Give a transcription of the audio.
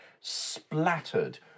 splattered